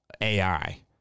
AI